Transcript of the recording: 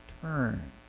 turn